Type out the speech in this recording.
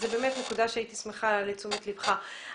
זו באמת נקודה שהייתי שמחה לתשומת לבך.